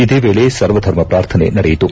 ಇದೇ ವೇಳೆ ಸರ್ವಧರ್ಮ ಪ್ರಾರ್ಥನೆ ನಡೆಯಿತು